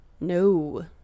No